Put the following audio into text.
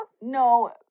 No